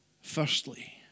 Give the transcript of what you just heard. Firstly